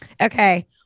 okay